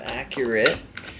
accurate